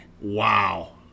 Wow